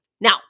Now